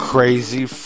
Crazy